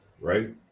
Right